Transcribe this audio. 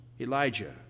Elijah